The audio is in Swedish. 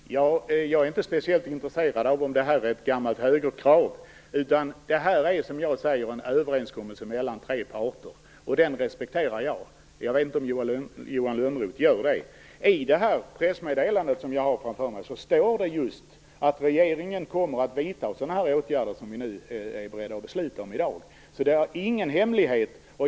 Fru talman! Jag är inte speciellt intresserad av om det här är ett gammalt högerkrav. Det är, som jag sagt, fråga om en överenskommelse mellan tre parter, och jag respekterar den. Jag vet inte om Johan Lönnroth gör det. I det pressmeddelande som jag har framför mig står det att regeringen kommer att vidta sådana åtgärder som vi i dag är beredda att besluta om. Det är alltså inte någon hemlighet.